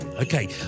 okay